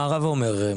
מה הרב אומר?